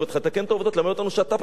למד אותנו שאתה פתחת את הר-הבית.